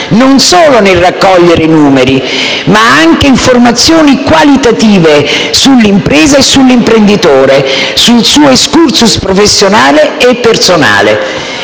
non solo nel raccogliere numeri, ma anche informazioni qualitative sull'impresa e sull'imprenditore, sul suo *excursus* professionale e personale.